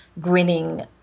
grinning